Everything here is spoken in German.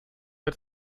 der